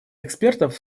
экспертов